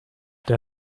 der